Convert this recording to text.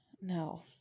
No